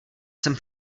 jsem